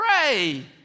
pray